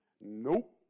Nope